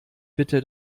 bitte